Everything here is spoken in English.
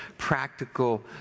practical